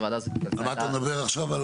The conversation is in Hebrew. על מה אתה מדבר עכשיו?